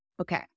Okay